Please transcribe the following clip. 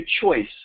choice